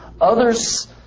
Others